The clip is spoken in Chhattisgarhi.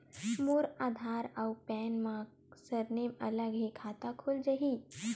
मोर आधार आऊ पैन मा सरनेम अलग हे खाता खुल जहीं?